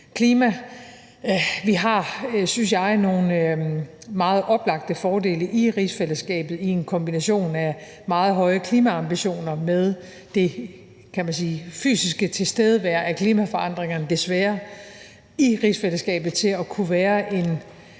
klima. Vi har, synes jeg, nogle meget oplagte fordele i rigsfællesskabet med en kombination af meget høje klimaambitioner og den, kan man sige, fysiske tilstedeværelse af klimaforandringerne – desværre – i rigsfællesskabet til også at kunne være et